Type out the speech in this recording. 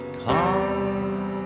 come